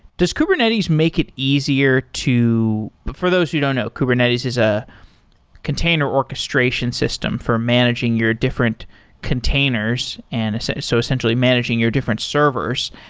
does kubernetes make it easier to for those who don't know, kubernetes is a container orchestration system for managing your different containers. and so so essentially, managing your different servers.